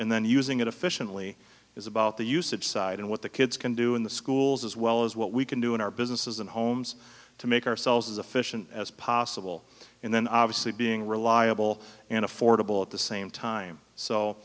and then using it efficiently is about the usage side and what the kids can do in the schools as well as what we can do in our businesses and homes to make ourselves as efficient as possible and then obviously being reliable and affordable at the same time so